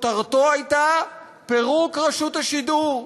כותרתו הייתה: פירוק רשות השידור.